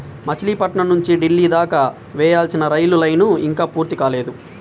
మచిలీపట్నం నుంచి ఢిల్లీ దాకా వేయాల్సిన రైలు లైను ఇంకా పూర్తి కాలేదు